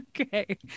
Okay